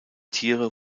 tiere